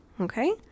okay